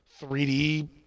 3D